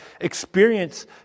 experience